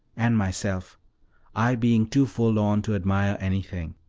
and myself i being too forlorn to admire anything.